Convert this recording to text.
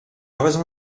raison